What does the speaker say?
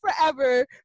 forever